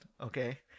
okay